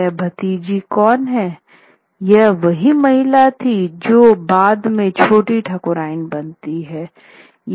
वह भतीजी कौन है यह वही महिला है जो बाद में छोटी ठाकुरायन बनती है